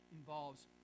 involves